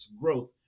growth